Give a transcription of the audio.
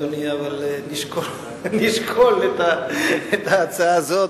אבל נשקול את ההצעה הזאת,